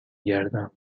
گردم